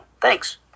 Thanks